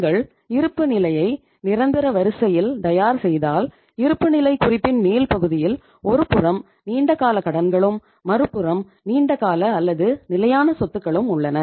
நீங்கள் இருப்புநிலையை நிரந்தர வரிசையில் தயார் செய்தால் இருப்புநிலைக் குறிப்பின் மேல் பகுதியில் ஒருபுறம் நீண்ட கால கடன்களும் மறுபுறம் நீண்ட கால அல்லது நிலையான சொத்துக்களும் உள்ளன